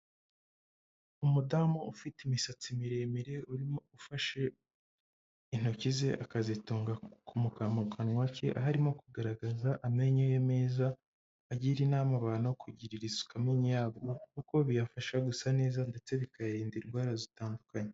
Umudamu ufite imisatsi miremire urimo ufashe intoki ze akazitungaka mu kanwa ke, aho arimo kugaragaza amenyo ye meza agira inama abantu kugirira isuku amenyo yabo kuko biyafasha gusa neza ndetse bikayarinda indwara zitandukanye.